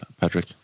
Patrick